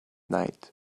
night